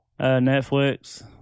Netflix